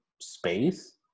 space